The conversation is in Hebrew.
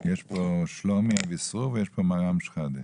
יש פה שלומי אביסרור ויש פה מראם שחאדה.